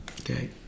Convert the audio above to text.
Okay